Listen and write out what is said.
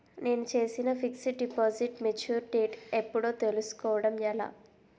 నేను చేసిన fixed deposit mature date ఎప్పుడో తెల్సుకోవడం ఎలా?